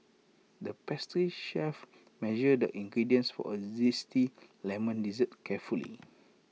the pastry chef measured the ingredients for A Zesty Lemon Dessert carefully